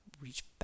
Reach